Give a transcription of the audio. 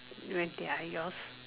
wait their yours